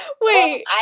Wait